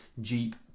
Jeep